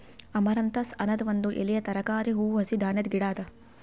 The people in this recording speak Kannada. ಅಮರಂಥಸ್ ಅನದ್ ಒಂದ್ ಎಲೆಯ ತರಕಾರಿ, ಹೂವು, ಹಸಿ ಧಾನ್ಯದ ಗಿಡ ಅದಾ